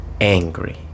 angry